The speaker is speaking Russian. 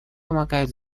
помогают